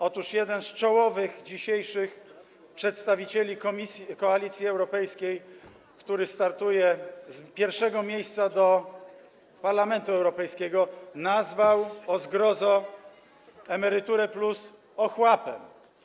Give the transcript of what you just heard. Otóż jeden z dzisiejszych czołowych przedstawicieli Koalicji Europejskiej, który startuje z pierwszego miejsca do Parlamentu Europejskiego, nazwał, o zgrozo, „Emeryturę+” ochłapem.